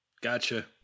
gotcha